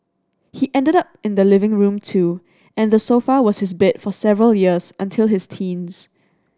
he ended up in the living room too and the sofa was his bed for several years until his teens